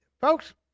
Folks